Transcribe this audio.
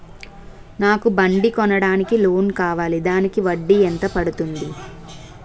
నాకు బండి కొనడానికి లోన్ కావాలిదానికి వడ్డీ ఎంత పడుతుంది?